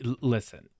listen